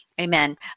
amen